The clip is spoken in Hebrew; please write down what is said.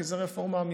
כי זו רפורמה אמיתית,